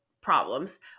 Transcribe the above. problems